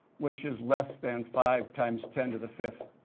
which is less than five times ten to the fifth.